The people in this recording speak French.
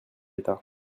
d’état